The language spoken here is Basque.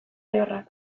lehorrak